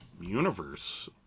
universe